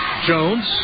Jones